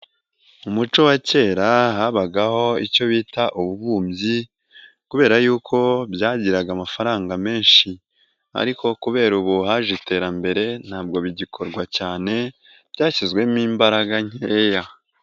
Mu muco wa kera habagaho icyo bita ubu bumbyi kubera yuko byagiraga amafaranga menshi, ariko kubera ubuhaje iterambere, ntabwo bigikorwa cyane byashyizwemo imbaraga nkeya.